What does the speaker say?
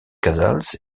casals